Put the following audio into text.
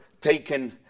taken